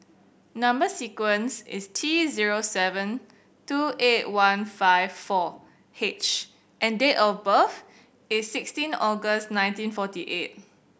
number sequence is T zero seven two eight one five four H and date of birth is sixteen August nineteen forty eight